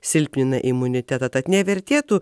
silpnina imunitetą tad nevertėtų